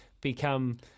become